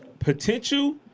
Potential